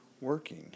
working